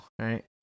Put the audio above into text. right